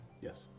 Yes